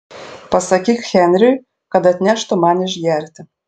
pasakyk henriui kad atneštų man išgerti